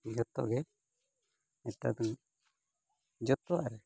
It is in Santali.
ᱡᱷᱚᱛᱚ ᱜᱮ ᱡᱚᱛᱚᱣᱟᱜ ᱨᱮ